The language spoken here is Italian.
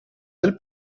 del